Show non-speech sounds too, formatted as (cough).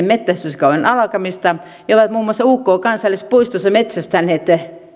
(unintelligible) metsästyskauden alkamista ja he ovat muun muassa uk kansallispuistossa metsästäneet